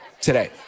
today